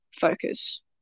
focus